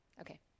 Okay